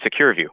SecureView